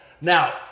Now